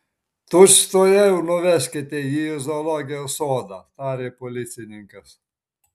tučtuojau nuveskite jį į zoologijos sodą tarė policininkas